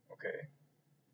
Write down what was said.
okay